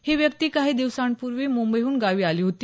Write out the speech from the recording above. ही व्यक्ती काही दिवसांपुर्वी मुंबईहून गावी आली होती